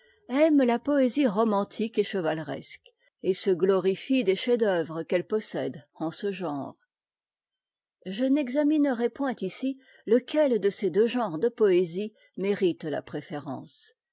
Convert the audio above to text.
aime la poésie romantique et chevaleresque et se glorifie des chefs-d'oeuvre qu'elle possède en ce genre je n'examinerai point ici lequel de ces deux genres de poésie mérite la préférence